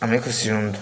ଆମେ ଖୁସି ହୁଅନ୍ତୁ